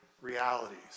realities